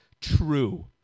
true